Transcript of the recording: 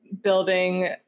building